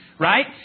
Right